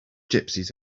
gypsies